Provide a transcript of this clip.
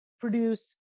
produce